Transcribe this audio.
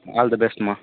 all the best மா